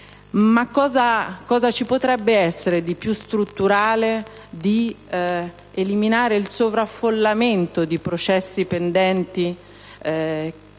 Ma cosa ci potrebbe essere di più strutturale se non eliminare il sovraffollamento dei processi pendenti sui